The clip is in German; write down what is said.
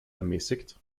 ermäßigt